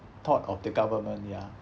part of the government ya